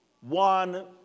one